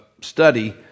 study